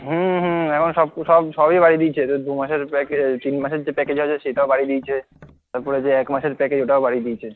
হুম হুম এখন সব সব সবই বাড়িয়ে দিয়েছে দু দু মাসের প্রায় তিন মাসের যে প্যাকেজ আছে সেটাও বাড়িয়ে দিয়েছে তারপরে যে এক মাসের প্যাকেজ ওটাও বাড়িয়ে দিয়েছে